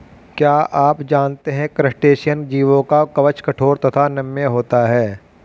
क्या आप जानते है क्रस्टेशियन जीवों का कवच कठोर तथा नम्य होता है?